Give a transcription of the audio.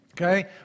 okay